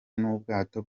n’ubwato